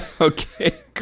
Okay